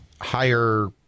higher